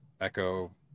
echo